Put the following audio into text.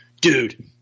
dude